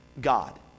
God